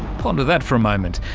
ponder that for a moment.